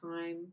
time